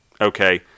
okay